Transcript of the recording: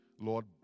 Lord